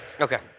Okay